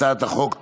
הצעת החוק תחזור,